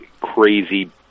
crazy